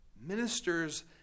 Ministers